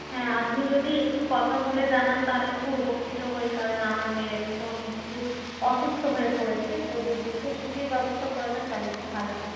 হ্যাঁ আপনি যদি একটু কথা বলে জানান তাহলে খুব উপকৃত হই কারণ আমার মেয়ের এখন একটু অসুস্থ হয়ে পরেছে তো যদি একটু ছুটির ব্যবস্থা করে দেন তাহলে খুব ভালো হয়